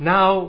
Now